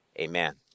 amen